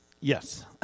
Yes